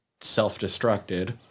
self-destructed